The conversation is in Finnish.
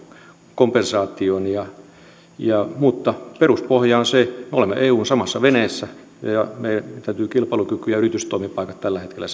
kompensaatio mutta peruspohja on se että me olemme samassa eu veneessä ja meidän täytyy kilpailukyky ja yritystoimipaikat tällä hetkellä